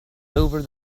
over